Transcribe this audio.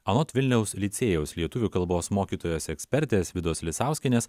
anot vilniaus licėjaus lietuvių kalbos mokytojos ekspertės vidos lisauskienės